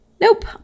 Nope